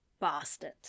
Bastard